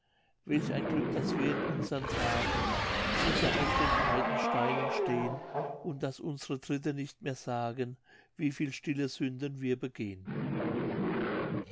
welch ein glück daß wir in unsern tagen sicher auf den breiten steinen stehn und daß unsre tritte nicht mehr sagen wie viel stille sünden wir begehn